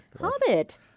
Hobbit